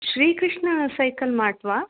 Shri Krishna cycle mart वा